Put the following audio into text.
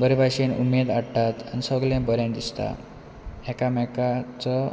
बरे भाशेन उमेद हाडटात आनी सगलें बरें दिसता एकांमेकांचो